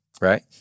right